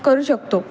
करू शकतो